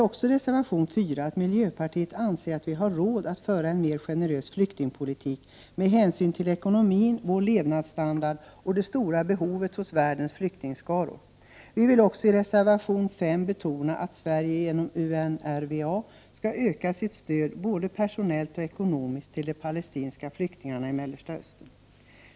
I reservation 4 säger vi i miljöpartiet att Sverige har råd att föra en mer generös flyktingpolitik med hänsyn till ekonomin, levnadsstandarden och det stora behov som finns hos världens flyktingskaror. I reservation 5 betonar vi att Sverige genom UNRWA skall öka sitt stöd, både personellt och ekonomiskt, till de palestinska flyktingarna i Mellersta Östern.